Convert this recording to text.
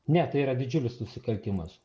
ne tai yra didžiulis nusikaltimas